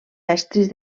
estris